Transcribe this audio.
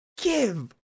give